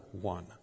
one